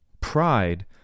Pride